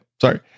sorry